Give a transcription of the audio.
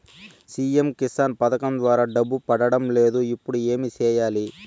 CM Kisan పథకం ద్వారా డబ్బు పడడం లేదు ఇప్పుడు ఏమి సేయాలి